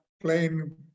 playing